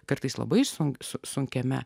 kartais labai sunku su sunkiame